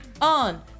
on